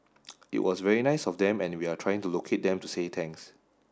it was very nice of them and we are trying to locate them to say thanks